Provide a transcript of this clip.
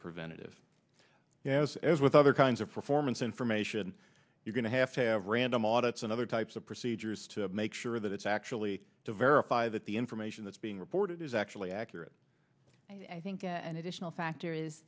preventative as as with other kinds of performance information you're going to have to have random audits and other types of procedures to make sure that it's actually to verify that the information that's being reported is actually accurate